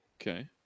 Okay